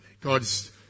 God's